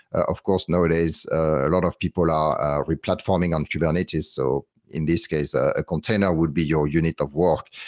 of course nowadays, a lot of people are replatforming on kubernetes. so in this case, a container would be your unit of work.